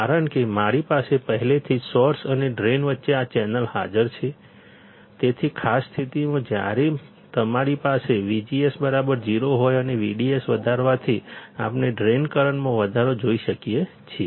કારણ કે મારી પાસે પહેલેથી જ સોર્સ અને ડ્રેઇન વચ્ચે આ ચેનલ હાજર છે તેથી ખાસ સ્થિતિમાં જ્યારે તમારી પાસે VGS 0 હોય અને VDS વધારવાથી આપણે ડ્રેઇન કરંટમાં વધારો જોઈ શકીએ છીએ